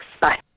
bye